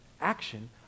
action